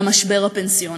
על המשבר הפנסיוני.